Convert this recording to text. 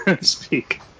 speak